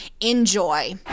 Enjoy